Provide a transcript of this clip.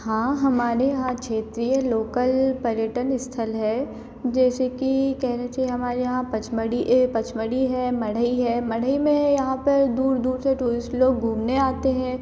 हाँ हमारे यहाँ क्षेत्रीय लोकल पर्यटन स्थल है जैसे कि कहने चे हमारे यहाँ पचमढ़ी है पचमढ़ी है मड़ई है मड़ई में है यहाँ पर दूर दूर से टूरिस्ट लोग घूमने आते हैं